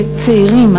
שצעירים,